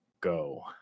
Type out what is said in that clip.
go